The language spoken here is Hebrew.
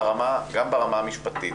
גם ברמה המשפטית,